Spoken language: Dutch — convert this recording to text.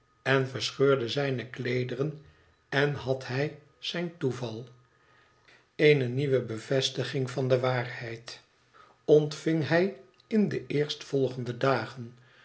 en verscheurde zijne kleedern en had hij zijn toeval eene nieuwe bevestiging van de waarheid ontving hij in de eerstvolende dagen